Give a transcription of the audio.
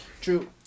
true